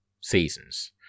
seasons